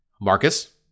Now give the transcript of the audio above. Marcus